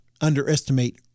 underestimate